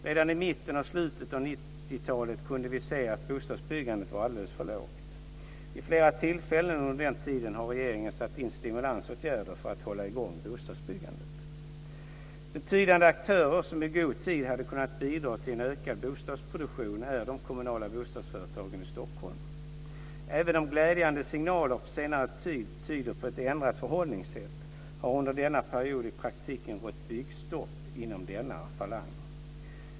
Redan i mitten och slutet av 90 talet kunde vi se att bostadsbyggandet var alldeles för lågt. Vid flera tillfällen under den tiden har regeringen satt in stimulansåtgärder för att hålla i gång bostadsbyggandet. Betydande aktörer som i god tid hade kunnat bidra till en ökad bostadsproduktion är de kommunala bostadsföretagen i Stockholm. Även om glädjande signaler på senare tid tyder på ett ändrat förhållningssätt har det under denna period i praktiken rått byggstopp inom denna falang.